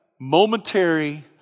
momentary